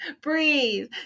breathe